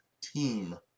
team